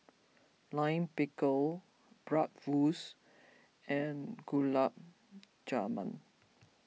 Lime Pickle Bratwurst and Gulab Jamun